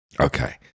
Okay